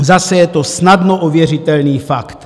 Zase je to snadno ověřitelný fakt.